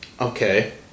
okay